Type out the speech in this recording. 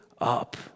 up